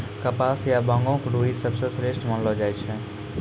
कपास या बांगो के रूई सबसं श्रेष्ठ मानलो जाय छै